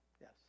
Yes